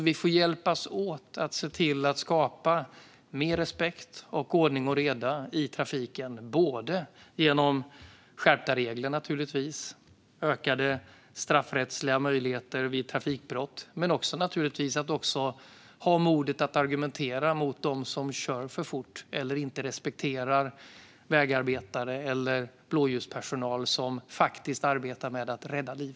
Vi får hjälpas åt att skapa mer respekt och ordning och reda i trafiken. Det handlar naturligtvis om skärpta regler och ökade straffrättsliga möjligheter vid trafikbrott. Men det handlar också om att ha modet att argumentera mot dem som kör för fort eller som inte respekterar vägarbetare eller blåljuspersonal som faktiskt arbetar med att rädda liv.